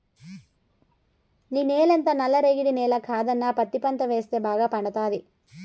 నీ నేలంతా నల్ల రేగడి నేల కదన్నా పత్తి పంట వేస్తే బాగా పండతాది